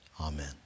Amen